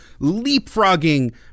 leapfrogging